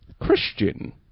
Christian